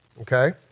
okay